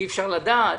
את